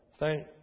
Thank